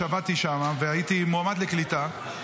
שעבדתי שם והייתי מועמד לקליטה,